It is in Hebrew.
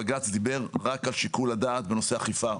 הבג"ץ דיבר רק על שיקול הדעת בנושא אכיפה,